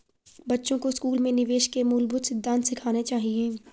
बच्चों को स्कूल में निवेश के मूलभूत सिद्धांत सिखाने चाहिए